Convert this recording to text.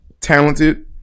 talented